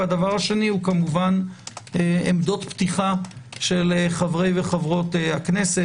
והדבר השני הוא כמובן עמדות פתיחה של חברי וחברות הכנסת,